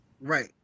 Right